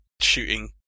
shooting